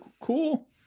Cool